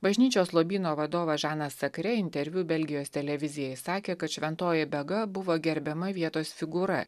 bažnyčios lobyno vadovas žanas sakre interviu belgijos televizijai sakė kad šventoji bega buvo gerbiama vietos figūra